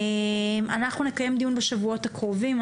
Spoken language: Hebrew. אנחנו נקיים דיון בשבועות הקרובים.